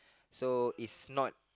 so is not